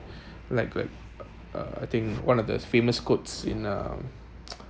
like like uh I think one of the famous quotes in a